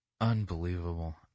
Unbelievable